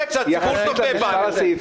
אתה צודק שהציבור צופה בנו,